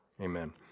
Amen